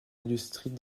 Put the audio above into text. industries